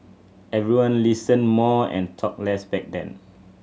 everyone listened more and talked less back then